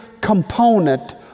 component